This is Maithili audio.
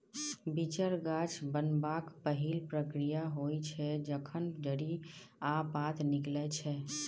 बीचर गाछ बनबाक पहिल प्रक्रिया होइ छै जखन जड़ि आ पात निकलै छै